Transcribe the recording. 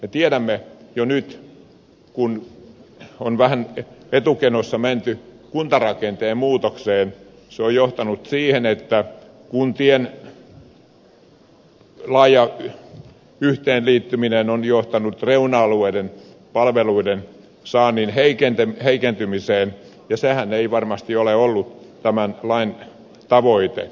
me tiedämme jo nyt kun on vähän etukenossa menty kuntarakenteen muutokseen että se on johtanut siihen että kuntien laaja yhteenliittyminen on johtanut reuna alueiden palveluiden saannin heikentymiseen ja sehän ei varmasti ole ollut tämän lain tavoite